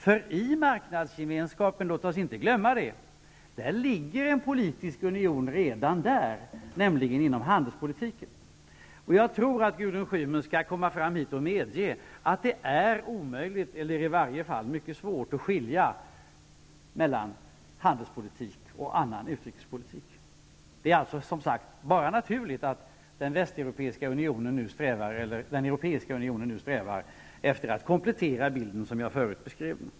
För i marknadsgemenskapen -- låt oss inte glömma det -- ligger en politisk union redan, nämligen inom handelspolitiken. Jag tycker att Gudrun Schyman skall komma fram till talarstolen och medge att det är omöjligt eller i varje fall mycket svårt att skilja mellan handelspolitik och annan utrikespolitik. Det är alltså, som sagt, bara naturligt att den europeiska unionen nu strävar efter att komplettera bilden så som jag förut beskrev.